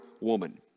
woman